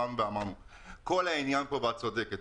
את צודקת.